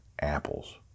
apples